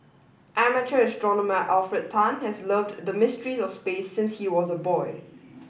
amateur astronomer Alfred Tan has loved the mysteries of space since he was a boy